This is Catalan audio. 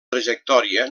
trajectòria